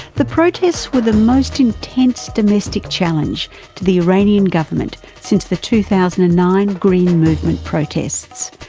the protests were the most intense domestic challenge to the iranian government since the two thousand and nine green movement protests,